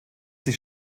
sich